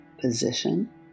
position